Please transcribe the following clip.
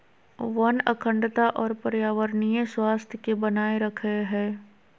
वन अखंडता और पर्यावरणीय स्वास्थ्य के बनाए रखैय हइ